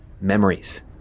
memories